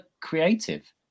creative